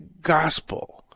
gospel